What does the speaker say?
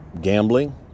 Gambling